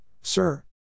sir